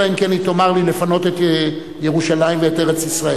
אלא אם היא תאמר לי לפנות את ירושלים ואת ארץ-ישראל.